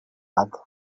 banc